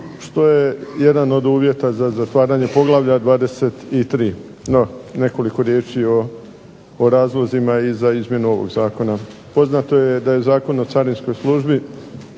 što je jedan od uvjeta za zatvaranje poglavlja 23. No nekoliko riječi o razlozima i za izmjenu ovog zakona. Poznato je da je Zakon o carinskoj službi